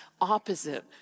opposite